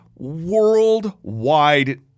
Worldwide